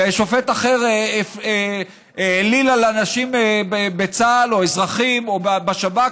ושופט אחר העליל על אנשים בצה"ל או אזרחים או בשב"כ.